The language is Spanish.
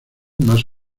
más